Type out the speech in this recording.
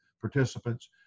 participants